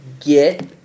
get